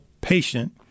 patient